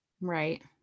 right